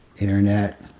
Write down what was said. internet